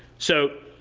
so,